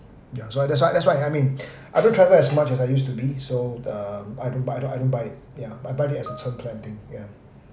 ya so that's why that's why I mean I don't travel as much as I used to be so err I don't buy I don't buy it ya I buy it as a term plan thing ya